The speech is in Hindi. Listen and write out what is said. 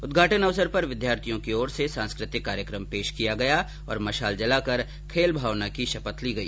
उद्घाटन अवसर पर विद्यार्थियों की ओर से सांस्कृतिक कार्यक्रम पेश किया गया और मशाल जलाकर खेल भावना की शपथ ली गई